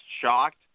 shocked